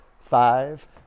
five